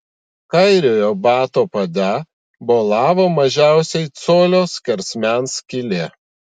kairiojo bato pade bolavo mažiausiai colio skersmens skylė